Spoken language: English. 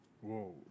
Whoa